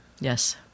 Yes